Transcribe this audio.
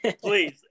please